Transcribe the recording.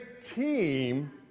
team